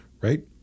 Right